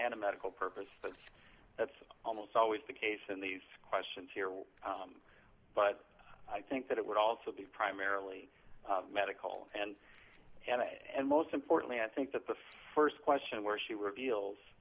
and a medical purpose but that's almost always the case in these questions here but i think that it would also be primarily medical and and most importantly i think that the st question where she reveals